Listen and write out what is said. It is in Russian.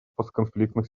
постконфликтных